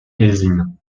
eysines